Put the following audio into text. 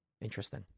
Interesting